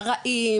הרעים,